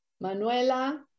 Manuela